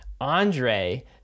Andre